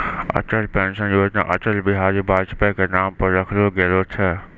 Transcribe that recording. Atal pension योजना अटल बिहारी वाजपेई के नाम पर रखलो गेलो छै